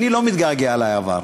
אני לא מתגעגע לעבר.